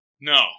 No